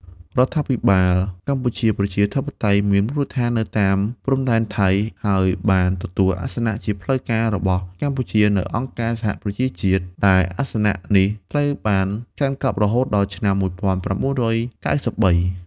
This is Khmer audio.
រដ្ឋាភិបាលកម្ពុជាប្រជាធិបតេយ្យ មានមូលដ្ឋាននៅតាមព្រំដែនថៃ ហើយបានទទួលអាសនៈជាផ្លូវការរបស់កម្ពុជានៅអង្គការសហប្រជាជាតិ ដែលអាសនៈនេះត្រូវបានកាន់កាប់រហូតដល់ឆ្នាំ១៩៩៣។